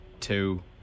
Two